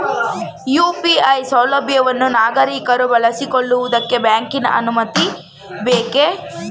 UPI ಸೌಲಭ್ಯವನ್ನು ನಾಗರಿಕರು ಬಳಸಿಕೊಳ್ಳುವುದಕ್ಕೆ ಬ್ಯಾಂಕಿನ ಅನುಮತಿ ಬೇಕೇ?